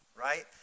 right